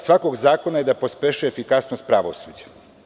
Svrha svakog zakona je da pospešuje efikasnost pravosuđa.